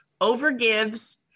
overgives